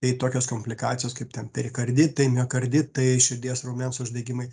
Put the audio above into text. tai tokios komplikacijos kaip ten perikarditai miokarditai širdies raumens uždegimai